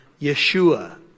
Yeshua